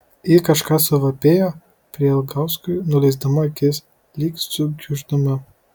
ji kažką suvapėjo prielgauskui nuleisdama akis lyg sukiuždama